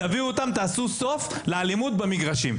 תביאו אותם ותעשו סוף לאלימות במגרשים.